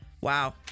Wow